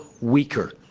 weaker